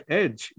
edge